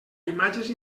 imatges